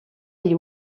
igl